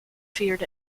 feared